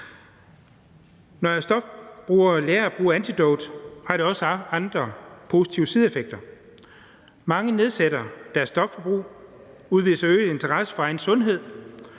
Når stofbrugere lærer at bruge antidot, har det jo også andre positive sideeffekter. Mange nedsætter deres stofforbrug og udviser øget interesse for egen sundhed.